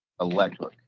electric